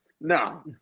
no